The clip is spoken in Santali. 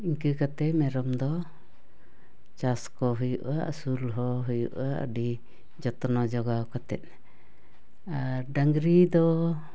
ᱤᱱᱠᱟᱹ ᱠᱟᱛᱮ ᱢᱮᱨᱚᱢ ᱫᱚ ᱪᱟᱥ ᱠᱚ ᱦᱩᱭᱩᱜᱼᱟ ᱟᱹᱥᱩᱞ ᱦᱚᱸ ᱦᱩᱭᱩᱜᱼᱟ ᱟᱹᱰᱤ ᱡᱚᱛᱚᱱᱚ ᱡᱚᱜᱟᱣ ᱠᱟᱛᱮᱫ ᱟᱨ ᱰᱟᱝᱨᱤ ᱫᱚ